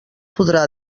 podrà